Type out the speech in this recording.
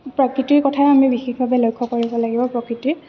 প্ৰকৃতিৰ কথা আমি বিশেষভাৱে লক্ষ্য কৰিব লাগিব প্ৰকৃতিৰ